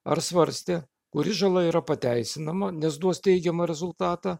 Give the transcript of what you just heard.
ar svarstė kuri žala yra pateisinama nes duos teigiamą rezultatą